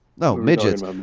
no, midgets. um